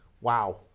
Wow